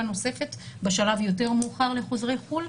נוספת בשלב יותר מאוחר לחוזרי חו"ל,